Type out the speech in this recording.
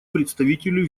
представителю